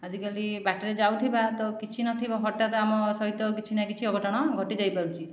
ଆଜି କାଲି ବାଟରେ ଯାଉଥିବା ତ କିଛି ନଥିବ ହଠାତ୍ ଆମ ସହିତ କିଛି ନା କିଛି ଅଘଟଣ ଘଟିଯାଇ ପାରୁଛି